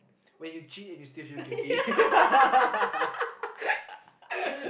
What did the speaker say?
when you cheat and you still feel guilty